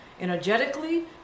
energetically